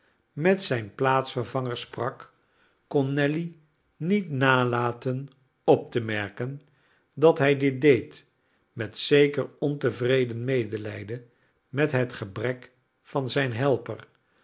met zijn plaatsvervanger sprak kon nelly niet nalaten op te merken dat hij dit deed met zeker ontevreden medelijden met het gebrek van zijn helper